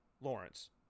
Lawrence